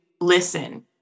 listen